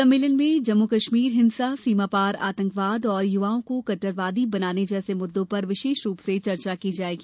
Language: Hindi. सम्मेलन में जम्मू कश्मीर हिंसा सीमापार आतंकवाद और युवाओं को कट्टरवादी बनाने जैसे मुद्दों पर विशेष रूप से चर्चा होगी